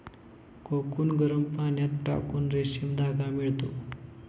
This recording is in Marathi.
कोकून गरम पाण्यात टाकून रेशीम धागा मिळतो